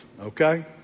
Okay